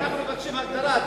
אנחנו מבקשים הגדרה.